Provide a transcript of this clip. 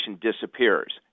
disappears